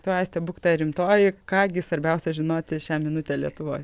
tu aiste būk ta rimtoji ką gi svarbiausia žinoti šią minutę lietuvoj